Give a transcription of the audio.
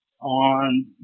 on